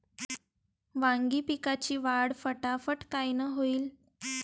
वांगी पिकाची वाढ फटाफट कायनं होईल?